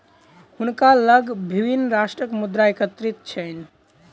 हुनका लग विभिन्न राष्ट्रक मुद्रा एकत्रित छैन